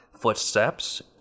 footsteps